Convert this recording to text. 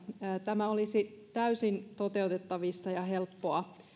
tämä olisi täysin toteutettavissa ja helppoa